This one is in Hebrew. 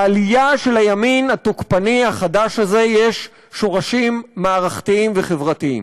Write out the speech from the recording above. לעלייה של הימין התוקפני החדש הזה יש שורשים מערכתיים וחברתיים.